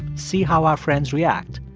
see how our friends react.